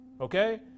okay